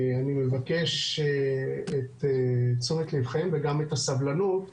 אני מבקש את תשומת לבכם וגם את הסבלנות,